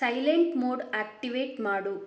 silent mode activate ಮಾಡು